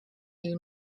you